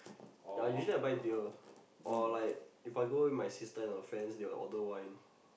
ya usually I buy beer If I go with my sister and her friends they will order wine